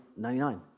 99